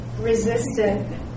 resistant